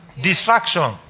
distraction